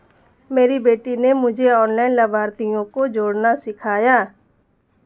मेरी बेटी ने मुझे ऑनलाइन लाभार्थियों को जोड़ना सिखाया